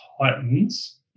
Titans